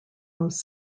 most